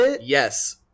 yes